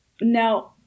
Now